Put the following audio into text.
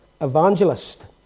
evangelist